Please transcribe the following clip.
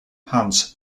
hans